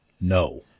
no